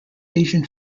asian